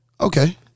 Okay